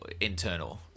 internal